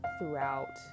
throughout